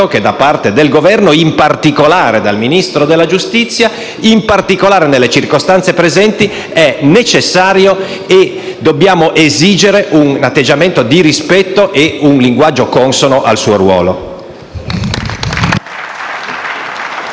che da parte del Governo e in particolare del Ministro della giustizia (soprattutto nelle circostanze presenti), dobbiamo esigere un atteggiamento di rispetto e un linguaggio consono al ruolo